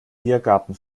biergarten